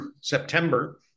September